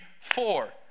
four